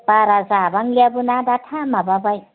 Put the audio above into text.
बारा जाबांलियाबोना दा टाइम माबाबाय